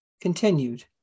continued